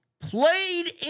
played